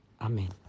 amen